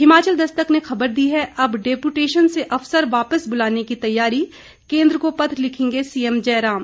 हिमाचल दस्तक ने खबर दी है अब डेपुटेशन से अफसर वापस बुलाने की तैयारी केंद्र को पत्र लिखेंगे सीएम जयराम